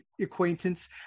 acquaintance